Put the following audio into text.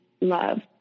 love